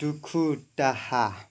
दुखु दाहा